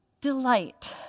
delight